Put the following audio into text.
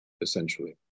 Essentially